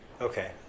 Okay